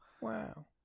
Wow